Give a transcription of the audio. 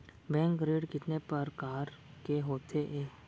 Bank ऋण कितने परकार के होथे ए?